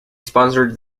sponsored